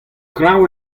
kreñv